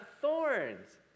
thorns